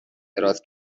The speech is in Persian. دراز